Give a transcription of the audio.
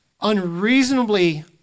unreasonably